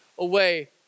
Away